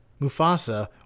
Mufasa